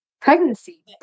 pregnancy